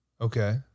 Okay